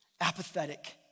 apathetic